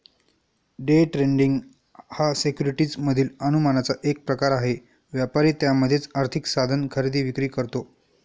day trading हा securities मधील अनुमानाचा एक प्रकार आहे, व्यापारी त्यामध्येच आर्थिक साधन खरेदी विक्री करतो